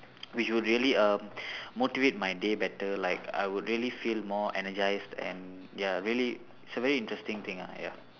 which would really err motivate my day better like I would really feel more energised and ya really it's a very interesting thing ah ya